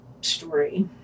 story